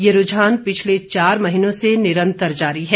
यह रूझान पिछले चार महीनों से निरंतर जारी है